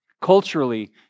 Culturally